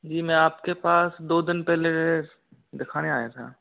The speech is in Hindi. जी मैं आपके पास दो दिन पहले दिखाने आया था